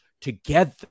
together